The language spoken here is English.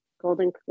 golden